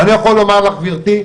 ואני יכול לומר לך גבירתי,